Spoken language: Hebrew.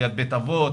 ליד בית אבות,